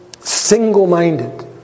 single-minded